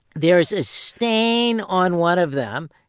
there's a stain on one of them,